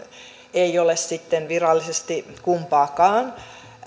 ei ole sitten virallisesti kumpaakaan